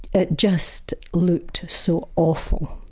it just looked so awful,